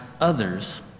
others